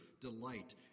delight